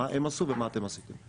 מה הם עשו ומה אתם עשיתם?